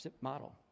model